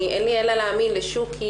אין לי אלא להאמין לשוקי,